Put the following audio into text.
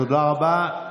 תודה רבה.